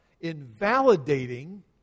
invalidating